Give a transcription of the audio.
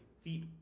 feet